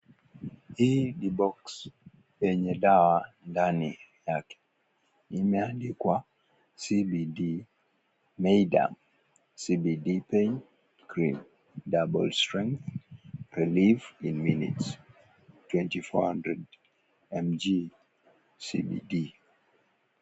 Hii ni Box yenye dawa ndani yake, imeandikwa CBD Myadem, CBD Pain Cream Doubles Strength, Relief in minutes, 2400mg CBD .